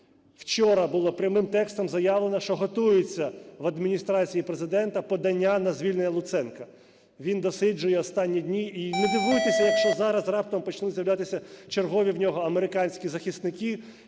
Вчора було прямим текстом заявлено, що готується в Адміністрації Президента подання на звільнення Луценка, він досиджує останні дні, і не дивуйтеся, якщо зараз раптом почнуть з'являтися чергові в нього американські захисники,